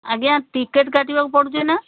ଆଜ୍ଞା ଟିକେଟ୍ କାଟିବାକୁ ପଡ଼ୁଛି ନା